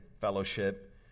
fellowship